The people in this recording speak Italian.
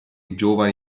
giovani